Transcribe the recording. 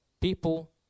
people